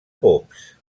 pops